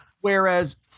Whereas